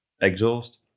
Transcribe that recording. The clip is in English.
exhaust